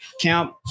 camp